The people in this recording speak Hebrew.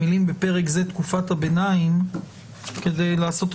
המילים: "בפרק זה: תקופת הביניים" כדי לעשות את